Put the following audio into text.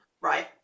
Right